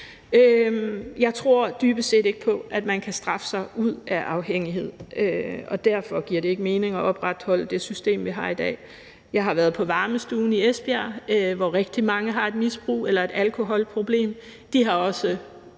Jeg tror dybest set ikke på, at man kan straffe sig ud af afhængighed. Derfor giver det ikke mening at opretholde det system, vi har i dag. Jeg har været på varmestuen i Esbjerg, hvor rigtig mange har et misbrug eller et alkoholproblem. De har også